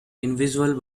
invisible